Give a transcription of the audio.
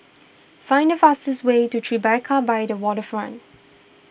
find the fastest way to Tribeca by the Waterfront